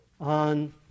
on